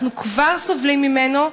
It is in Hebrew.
אנחנו כבר סובלים ממנו,